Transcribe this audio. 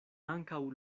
ankaŭ